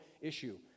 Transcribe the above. issue